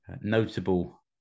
notable